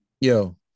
Yo